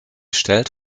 stellt